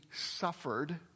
suffered